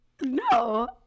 No